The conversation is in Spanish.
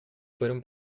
fueron